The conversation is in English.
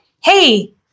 Hey